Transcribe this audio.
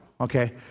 Okay